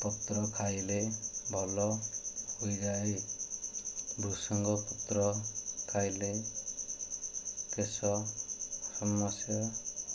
ପତ୍ର ଖାଇଲେ ଭଲ ହୋଇଯାଏ ଭୃଷଙ୍ଗ ପତ୍ର ଖାଇଲେ କେଶ ସମସ୍ୟା